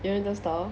you know those store